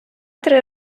три